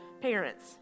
parents